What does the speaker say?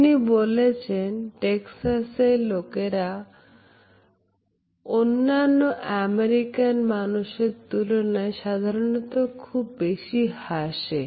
তিনি বলেছেন টেক্সাসে লোকেরা অন্যান্য আমেরিকান মানুষের তুলনায় সাধারনত খুব বেশি হাসে